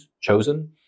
chosen